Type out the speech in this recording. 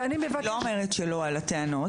אני לא אומרת לא לגבי הטענות,